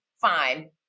fine